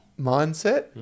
mindset